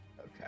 Okay